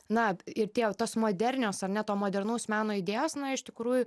na ir tie tos modernios ar ne to modernaus meno idėjos na iš tikrųjų